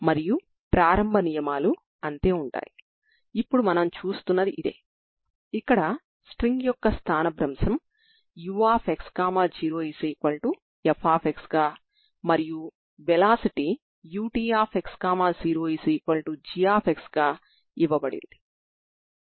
మనం స్ట్రింగ్ యొక్క చివరలను 0 నుండి L వరకు ఎంచుకుందాం